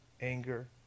anger